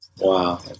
Wow